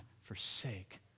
forsake